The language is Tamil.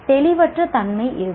தெளிவற்ற தன்மை இருக்கும்